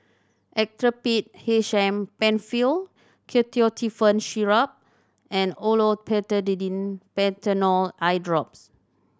Actrapid H M Penfill Ketotifen Syrup and Olopatadine Patanol Eyedrops